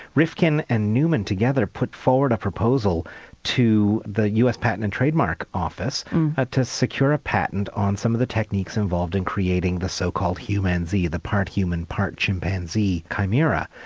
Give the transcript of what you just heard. rifkin and newman together put forward a proposal to the us patent and trademark office to secure a patent on some of the techniques involved in creating the so-called humanzee, the part-human, part-chimpanzee chimera,